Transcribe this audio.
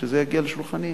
כשזה יגיע לשולחני,